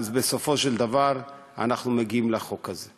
אז בסופו של דבר אנחנו מגיעים לחוק הזה.